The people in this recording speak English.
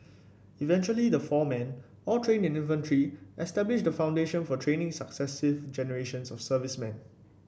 eventually the four men all trained in infantry established the foundation for training successive generations of servicemen